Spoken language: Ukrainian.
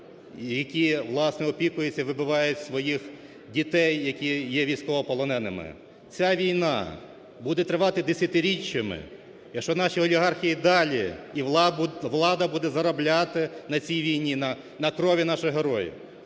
які, власне, опікуються, вибивають своїх дітей, які є військовополоненими. Ця війна буде тривати десятиріччями, якщо наші олігархи і далі, і влада буде заробляти на цій війні, на крові наших героїв.